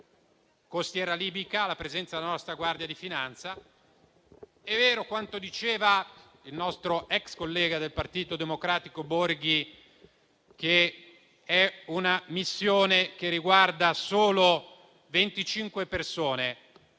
costiera libica con la presenza della nostra Guardia di finanza. È vero quanto diceva il nostro ex collega del Partito Democratico Borghi, ossia che si tratta di una missione che riguarda solo 25 persone,